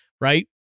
right